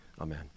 Amen